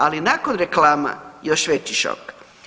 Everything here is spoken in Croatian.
Ali nakon reklama još veći šok.